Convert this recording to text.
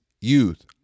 Youth